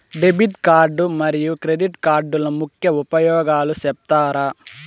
Debit card మరియు credit కార్డుల ముఖ్య ఉపయోగాలు సెప్తారా?